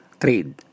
trade